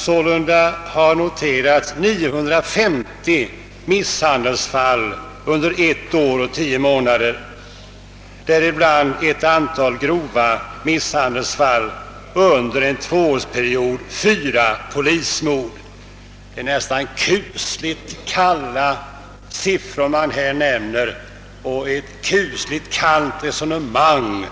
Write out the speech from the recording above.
Sålunda har noterats 950 misshandelsfall under 1 år och 10 månader år 65/66, däribland ett antal grova misshandelsfall och under en 2-årsperiod 4 polismord.» Det är nästan kusligt kalla siffror, och det är ett kusligt kallt resonemang